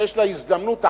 יש לה הזדמנות אחת,